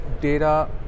data